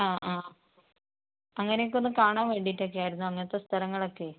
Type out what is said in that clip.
അ ആ അങ്ങനൊക്കെയൊന്ന് കാണാൻ വേണ്ടീട്ടൊക്കെയായിരുന്നു അങ്ങനത്തെ സ്ഥലങ്ങളൊക്കെ